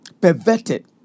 perverted